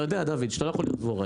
אתה יודע שאתה לא יכול להיות דבוראי?